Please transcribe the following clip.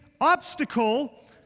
obstacle